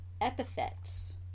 epithets